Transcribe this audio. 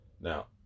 Now